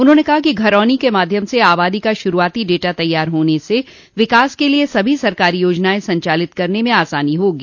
उन्होंने कहा कि घरौनी के माध्यम से आबादी का शुरूआती डेटा तैयार होने से विकास के लिये सभी सरकारी योजनाएं संचालित करने में आसानी होगी